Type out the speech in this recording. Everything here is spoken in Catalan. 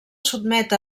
sotmet